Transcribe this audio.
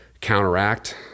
counteract